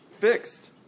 fixed